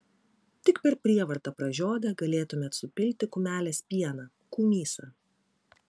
tik per prievartą pražiodę galėtumėt supilti kumelės pieną kumysą